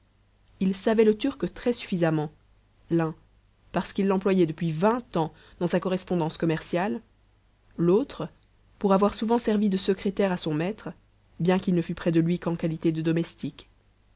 ils savaient le turc très suffisamment l'un parce qu'il l'employait depuis vingt ans dans sa correspondance commerciale l'autre pour avoir souvent servi de secrétaire à son maître bien qu'il ne fût près de lui qu'en qualité de domestique